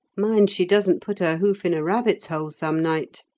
mind she doesn't put her hoof in a rabbit's hole, some night.